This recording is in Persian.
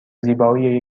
زیبایی